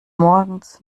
morgens